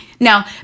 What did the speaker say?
Now